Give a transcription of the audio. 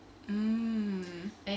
mm